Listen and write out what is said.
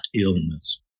illness